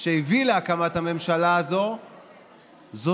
שהביא להקמת הממשלה הזאת הוא שנאה,